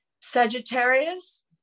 Sagittarius